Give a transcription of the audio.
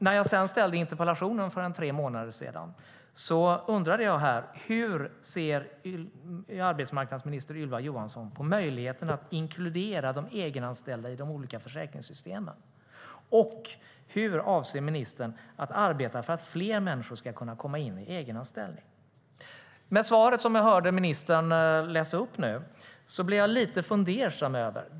När jag sedan ställde interpellationen för tre månader sedan undrade jag hur arbetsmarknadsminister Ylva Johansson ser på möjligheten att inkludera de egenanställda i de olika försäkringssystemen och hur ministern avser att arbeta för att fler människor ska kunna komma in i egenanställning. Svaret som jag nu hörde från ministern blev jag lite fundersam över.